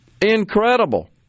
Incredible